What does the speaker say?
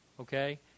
okay